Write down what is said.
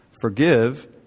Forgive